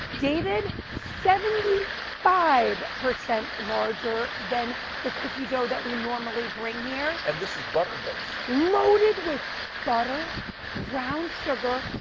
david, seventy five percent larger than the cookie dough that we normally bring, here. and this is butter based. loaded with butter, brown sugar,